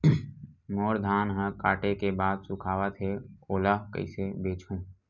मोर धान ह काटे के बाद सुखावत हे ओला कइसे बेचहु?